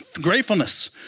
gratefulness